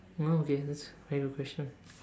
!wow! okay that's very good question